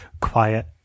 quiet